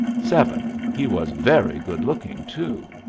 seven. he was very good-looking, too.